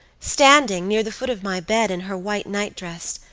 standing, near the foot of my bed, in her white nightdress,